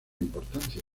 importancia